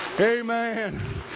Amen